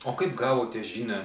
o kaip gavote žinią